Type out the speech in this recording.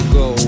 go